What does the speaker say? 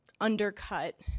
undercut